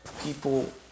people